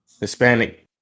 Hispanic